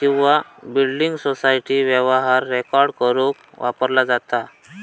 किंवा building society व्यवहार record करुक वापरला जाता